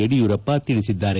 ಯಡಿಯೂರಪ್ಪ ತಿಳಿಸಿದ್ದಾರೆ